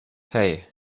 hey